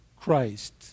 Christ